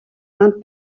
and